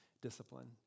discipline